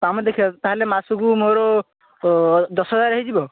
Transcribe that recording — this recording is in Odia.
କାମ ଦେଖିଆ ତାହେଲେ ମାସକୁ ମୋର ଦଶ ହଜାର ହେଇଯିବ